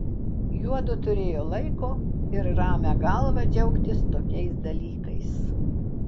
juodu turėjo laiko ir ramią galvą džiaugtis tokiais dalykais